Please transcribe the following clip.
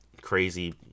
crazy